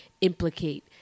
implicate